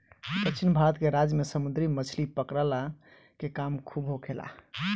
दक्षिण भारत के राज्य में समुंदरी मछली पकड़ला के काम खूब होखेला